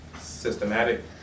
systematic